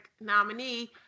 nominee